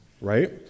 right